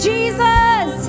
Jesus